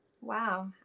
wow